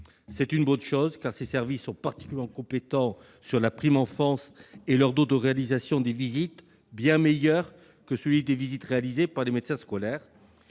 C'est une bonne chose, car ces services sont particulièrement compétents pour la prime enfance, et leur taux de réalisation des visites est bien meilleur que celui des médecins scolaires.